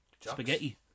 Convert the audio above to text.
spaghetti